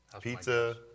Pizza